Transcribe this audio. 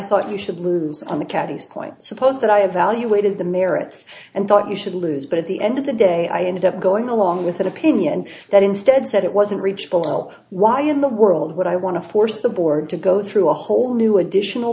thought you should lose on the caddies point suppose that i have evaluated the merits and thought you should lose but at the end of the day i ended up going along with an opinion that instead said it wasn't reachable why in the world would i want to force the board to go through a whole new additional